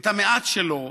את המעט שלו,